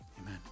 Amen